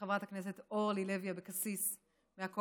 מהקואליציה וחברת הכנסת אורלי לוי אבקסיס מהאופוזיציה,